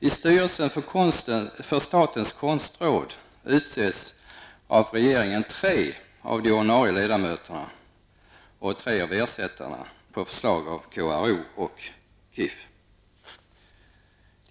I styrelsen för statens konstråd utses av regeringen tre av de ordinarie ledamöterna och tre av ersättarna på förslag av KRO och KIF.